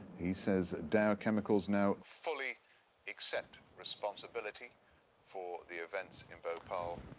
he says dow chemicals now fully accept responsibility for the events in bhopal.